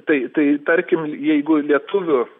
tai tai tarkim jeigu lietuvių